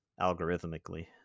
algorithmically